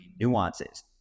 nuances